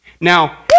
Now